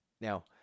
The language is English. Now